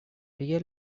real